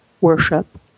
worship